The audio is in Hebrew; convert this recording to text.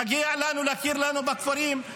מגיע לנו להכיר לנו בכפרים,